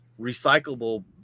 recyclable